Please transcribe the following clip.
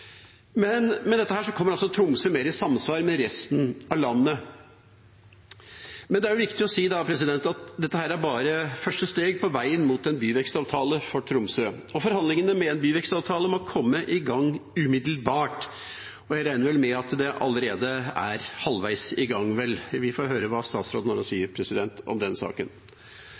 her, men med dette kommer altså Tromsø mer i samsvar med resten av landet. Det er viktig å si at dette er bare første steg på veien mot en byvekstavtale for Tromsø, og forhandlingene om en byvekstavtale må komme i gang umiddelbart. Jeg regner vel med at det allerede er halvveis i gang. Vi får høre hva statsråden har å si om den saken.